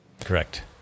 correct